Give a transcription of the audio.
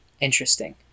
Interesting